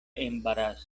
embaraso